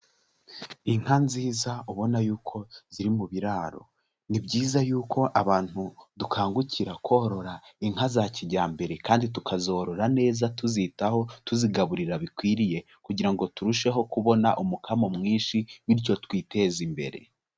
Inka nziza ubona yuko ziri mu biraro. Ni byiza yuko abantu dukangukira korora inka za kijyambere kandi tukazorora neza tuzitaho, tuzigaburira bikwiriye kugira ngo turusheho kubona umukamo mwinshi bityo twiteze imbere.